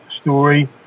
story